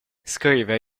scrive